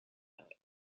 note